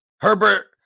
Herbert